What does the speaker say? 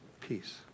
peace